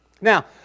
Now